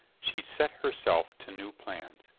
she set her self to new plans.